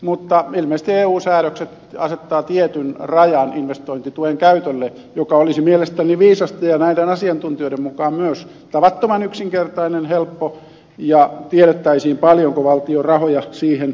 mutta ilmeisesti eu säädökset asettavat tietyn rajan investointituen käytölle mikä olisi mielestäni viisasta ja näiden asiantuntijoiden mukaan myös tavattoman yksinkertainen helppo ja tiedettäisiin paljonko valtion rahoja siihen menee